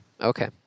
Okay